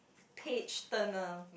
page turner